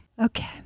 Okay